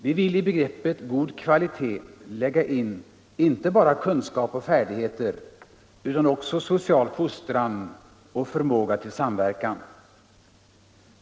Vi vill i begreppet god kvalitet lägga in inte bara kunskap och färdigheter utan även social fostran och förmåga till samverkan.